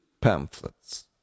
pamphlets